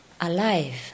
alive